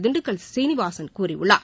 திண்டுக்கல் சீனிவாசன் கூறியுள்ளார்